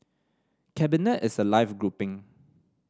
cabinet is a live grouping